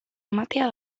ematea